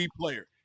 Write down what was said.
player